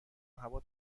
هوا